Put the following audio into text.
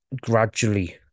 gradually